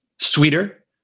sweeter